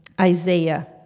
Isaiah